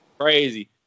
crazy